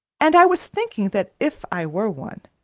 and i was thinking that if i were one,